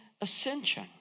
ascension